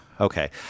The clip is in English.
Okay